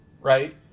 right